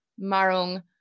Marung